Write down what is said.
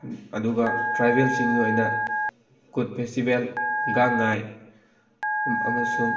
ꯑꯗꯨꯒ ꯇ꯭ꯔꯥꯏꯕꯦꯜ ꯁꯤꯡꯒꯤ ꯑꯣꯏꯅ ꯀꯨꯠ ꯐꯦꯁꯇꯤꯕꯦꯜ ꯒꯥꯡ ꯉꯥꯏ ꯑꯃꯁꯨꯡ